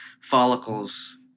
follicles